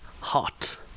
hot